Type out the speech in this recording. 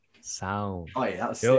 Sound